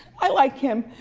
i like him.